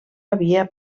havia